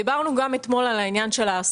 דיברנו אתמול גם על ההשגה.